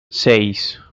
seis